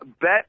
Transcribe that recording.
bet